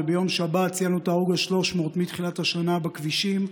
וביום שבת "ציינו" את ההרוג ה-300 מתחילת השנה בכבישים.